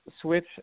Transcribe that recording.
switch